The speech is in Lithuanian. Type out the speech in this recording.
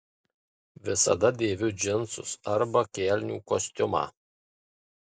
visada dėviu džinsus arba kelnių kostiumą